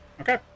Okay